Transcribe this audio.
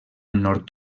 nord